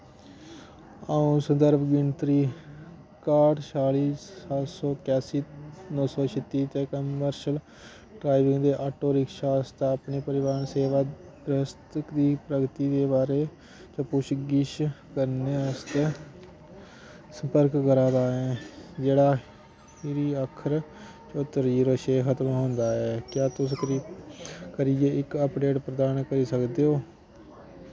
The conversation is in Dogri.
अ'ऊं संदर्भ गिनतरी काह्ठ छेआली सत्त सौ कास्सी नौ सौ छित्ती ते कमर्शियल ड्राइविंग दे ऑटो रिक्शा आस्तै अपनी परिवहन सेवा दरखस्त दी प्रगति दे बारै च पुच्छ गिच्छ करने आस्तै संपर्क करा दा ऐं जेह्ड़ा खीरी अक्खर चौह्त्तर जीरो छे शा खत्म होंदा ऐ क्या तुस कृ करियै इक अपडेट प्रदान करी सकदे ओ